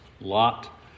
Lot